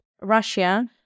Russia